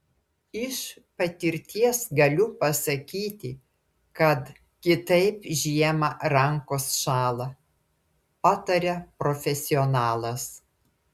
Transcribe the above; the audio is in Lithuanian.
iš patirties galiu pasakyti kad kitaip žiemą rankos šąla pataria profesionalas